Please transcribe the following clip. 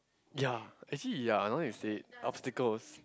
ya actually ya now you say it obstacles